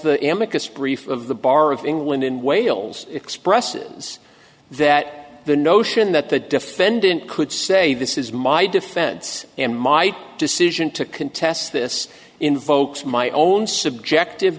brief of the bar of england in wales expresses that the notion that the defendant could say this is my defense and my decision to contest this invokes my own subjective